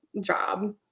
job